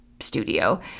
studio